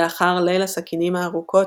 לאחר ליל הסכינים הארוכות,